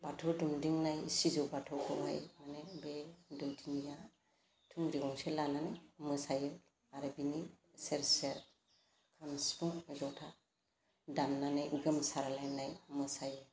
बाथौ दुमदिंनाय सिजौ बाथौखौहाय माने बे दौदिनिया थुंग्रि गंसे लानानै मोसायो आरो बिनि सेर सेर खाम सिफुं ज'था दामनानै गोमसारलायनाय मोसायो